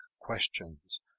QUESTIONS